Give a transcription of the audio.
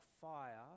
fire